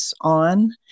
on